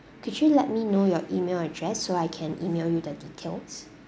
could you let me know your email address so I can email you the details